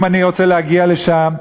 אם אני רוצה להגיע לשם,